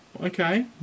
okay